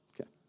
Okay